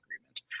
agreement